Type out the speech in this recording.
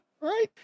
Right